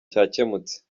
cyakemutse